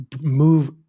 move